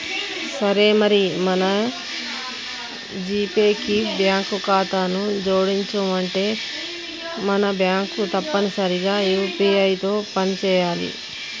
సరే మరి మన జీపే కి బ్యాంకు ఖాతాను జోడించనుంటే మన బ్యాంకు తప్పనిసరిగా యూ.పీ.ఐ తో పని చేయాలి